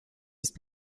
ist